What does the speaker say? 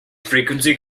frequency